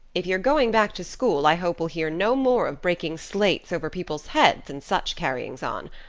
if you're going back to school i hope we'll hear no more of breaking slates over people's heads and such carryings on.